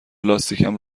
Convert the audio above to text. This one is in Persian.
لاستیکم